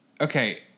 Okay